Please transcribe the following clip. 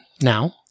now